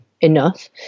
enough